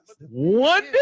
One